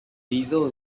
diesel